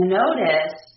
notice